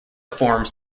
formed